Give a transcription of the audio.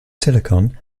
silicon